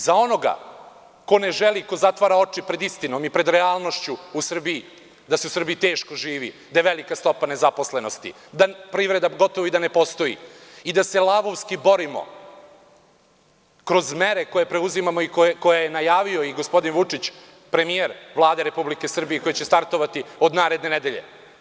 Za onoga ko ne želi, ko zatvara oči pred istinom i pred realnošću u Srbiji, da se u Srbiji teško živi, da je velika stopa nezaposlenosti, da privreda gotovo da i ne postoji i da se lavovski borimo kroz mere koje preuzimamo i koje je najavio gospodin Vučić, premijer Vlade Republike Srbije i koje će startovati od naredne nedelje.